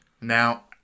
Now